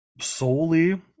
solely